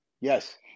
yes